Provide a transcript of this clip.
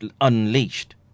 unleashed